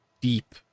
Deep